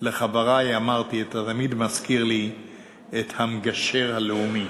לחברי אמרתי, אתה תמיד מזכיר לי את המגשר הלאומי.